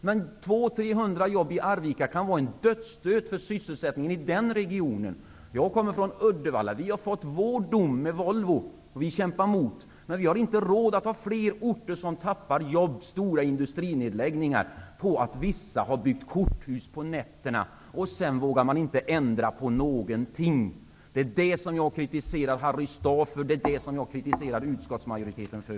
Men det kan vara en dödsstöt för sysselsättningen i den regionen. Jag kommer från Uddevalla, och vi har fått vår dom genom Volvo och kämpar mot. Sverige har inte råd med att flera orter tappar jobb, med stora industrinedläggelser, därför att vissa har byggt korthus på nätterna och man sedan inte vågar ändra någonting. Det är det som jag kritiserar Harry Staaf och utskottsmajoriteten för.